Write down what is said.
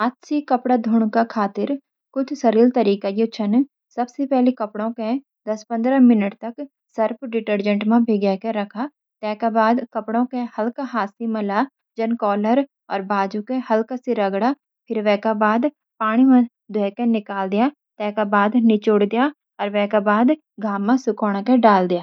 हाथ से कपड़ा धोण खातिर कुछ सरल तरीका यू छन: सबसी पहली कपड़ो के दस -पंद्रह मिनट तक सर्फ डिटर्जेंट म भिगा के रखा। ते का बाद हाथ से मला जन कॉलर, और बाजू के हल्का सी रगड़ा, वे का बाद पानी म धोवे के निकाली दया, वे का बाद निचोड़ी दया, वे का बाद घाम म सुखोंन के डाली दया।